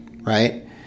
Right